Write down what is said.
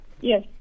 yes